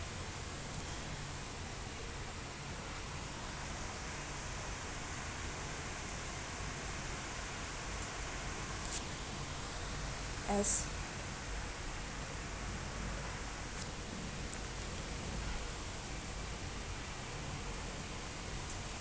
as